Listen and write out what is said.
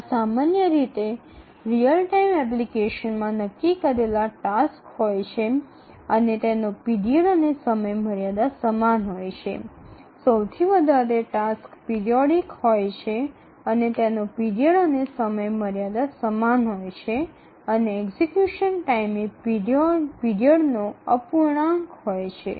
এটি সাধারণত একটি রিয়েল টাইম অ্যাপ্লিকেশনে নির্ধারিত টাস্ক হয় এবং তাদের সময় এবং চূড়ান্ত সময়সীমা একই হয় সবচেয়ে খারাপ কাজ বেশিরভাগ সময় এবং তাদের সময়সীমা একই হয় এবং কার্যকর করার সময়কালের বিভাজন করা হয়